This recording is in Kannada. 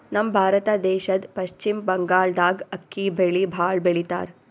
ನಮ್ ಭಾರತ ದೇಶದ್ದ್ ಪಶ್ಚಿಮ್ ಬಂಗಾಳ್ದಾಗ್ ಅಕ್ಕಿ ಬೆಳಿ ಭಾಳ್ ಬೆಳಿತಾರ್